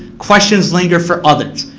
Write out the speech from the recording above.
questions linger for others.